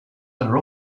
are